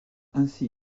ainsi